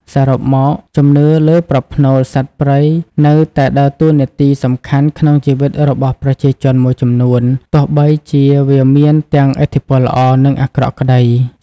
សរុបមក ជំនឿលើប្រផ្នូលសត្វព្រៃនៅតែដើរតួនាទីសំខន់ក្នុងជីវិតរបស់ប្រជាជនមួយចំនួន ទោះបីជាវាមានទាំងឥទ្ធិពលល្អ និងអាក្រក់ក្តី។